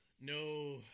No